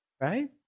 right